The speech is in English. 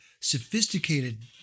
sophisticated